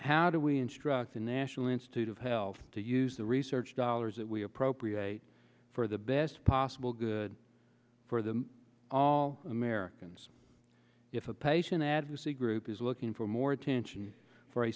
how do we instruct the national institutes of health to use the research dollars that we appropriate for the best possible good for them all americans if a patient advocacy group is looking for more attention for a